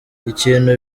ikintu